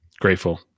grateful